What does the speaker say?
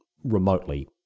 remotely